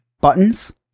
Buttons